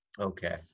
Okay